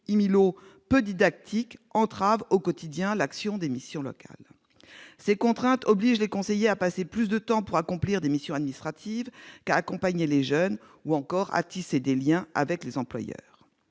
i-milo peu didactique entravent au quotidien l'action des missions locales. Ces contraintes obligent les conseillers à passer plus de temps pour accomplir les missions administratives qu'à accompagner les jeunes ou encore à tisser des liens avec les employeurs.